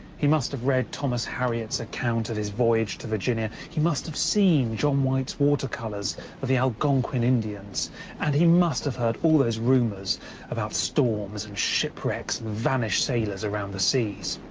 he must have read thomas harriot's account of his voyage to virginia. he must have seen john white's watercolours of the algonquin indians and he must have heard all those rumours about storms and shipwrecks and vanished sailors around the seas.